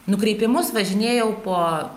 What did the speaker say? nukreipimus važinėjau po